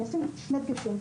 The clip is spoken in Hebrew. יש לי שני דגשים,